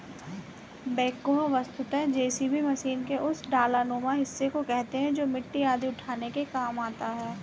backhoe वस्तुतः JCB machine के उस डालानुमा हिस्सा को कहते हैं जो मिट्टी आदि उठाने के काम आता है